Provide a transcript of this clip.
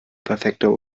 perfekter